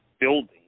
building